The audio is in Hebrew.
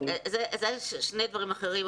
שני דברים אחרים.